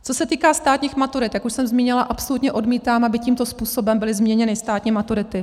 Co se týká státních maturit, jak už jsem zmínila, absolutně odmítám, aby tímto způsobem byly změněny státní maturity.